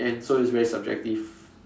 and so it's very subjective